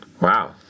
Wow